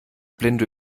blinde